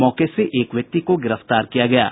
मौके से एक व्यक्ति को गिरफ्तार किया गया है